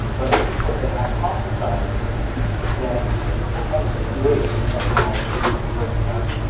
but at least what they hypothesise is that for all the good technology brings us,